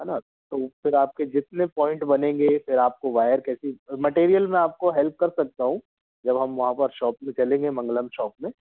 है ना तो फिर आपके जितने पॉइंट बनेंगे फिर आपको वायर कैसी मटेरियल मैं आपको हेल्प कर सकता हूँ जब हम वहाँ पर शॉप में चलेंगे मंगलम शॉप में